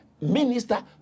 Minister